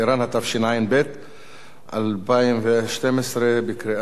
התשע"ב 2012. קריאה ראשונה.